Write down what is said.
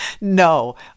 No